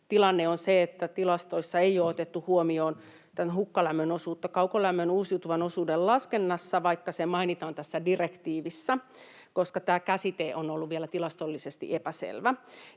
tilanne on se, että tilastoissa ei ole otettu huomioon hukkalämmön osuutta kaukolämmön uusiutuvan osuuden laskennassa, vaikka se mainitaan tässä direktiivissä, koska tämä käsite on ollut vielä tilastollisesti epäselvä.